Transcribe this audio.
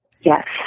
Yes